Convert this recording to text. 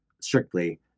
strictly